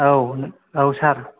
औ औ सार